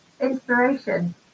inspiration